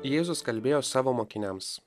jėzus kalbėjo savo mokiniams